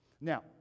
Now